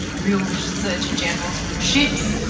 real surgeon generals, real ships,